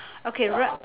okay ri~